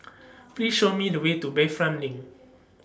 Please Show Me The Way to Bayfront LINK